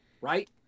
right